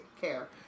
care